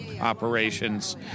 operations